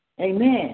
amen